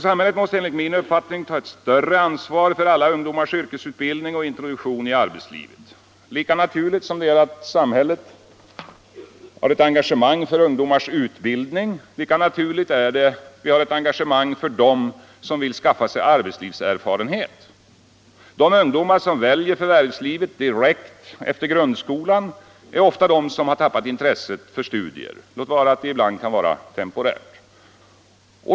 Samhället måste enligt min uppfattning ta ett större ansvar för alla ungdomars yrkesutbildning och introduktion i arbetslivet. Lika naturligt som samhällets engagemang för ungdomars utbildning är måste ett engagemang vara för dem som vill skaffa sig arbetslivserfarenhet. De ungdomar som väljer förvärvslivet direkt efter grundskolan är ofta de som har tappat intresset för studier — låt vara ibland endast temporärt.